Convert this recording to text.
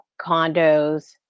condos